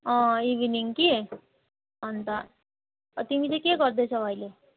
अँ इभिनिङ कि अन्त तिमी चाहिँ के गर्दैछौ अहिले